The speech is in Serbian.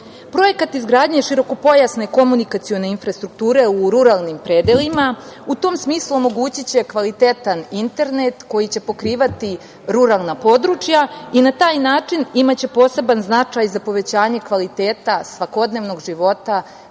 izgradnje širokopojasne komunikacione infrastrukture u ruralnim predelima u tom smislu omogućiće kvalitetan internet koji će pokrivati ruralna područja i na taj način imaće poseban značaj za povećanje kvaliteta svakodnevnog života